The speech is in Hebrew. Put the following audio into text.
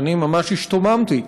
שאני ממש השתוממתי.